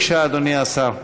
בבקשה, אדוני השר.